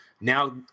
now